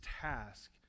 task